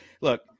look